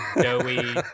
doughy